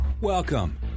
Welcome